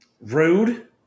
Rude